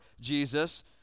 Jesus